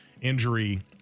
injury